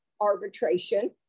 arbitration